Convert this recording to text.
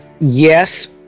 yes